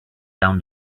down